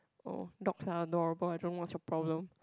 oh dogs are adorable I don't know what's your problem